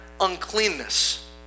uncleanness